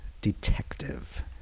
detective